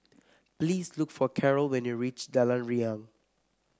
please look for Karol when you reach Jalan Riang